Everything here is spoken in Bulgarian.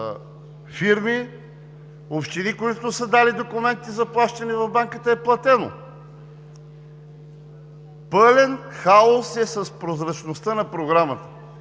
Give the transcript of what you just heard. фирми, общини, които са дали документи за плащане в банката, е платено. Пълен хаос е с прозрачността на Програмата.